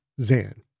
Zan